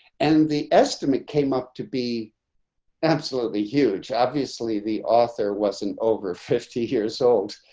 and the estimate came up to be absolutely huge. obviously, the author was an over fifty years old.